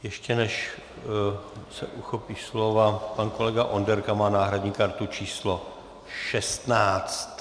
Ještě než se uchopí slova, pan kolega Onderka má náhradní kartu číslo 16.